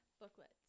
booklets